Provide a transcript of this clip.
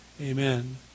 Amen